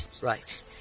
Right